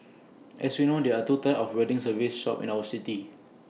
as we know there are two types of wedding service shops in our city